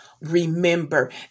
remember